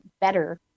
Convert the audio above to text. better